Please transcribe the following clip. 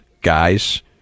Guys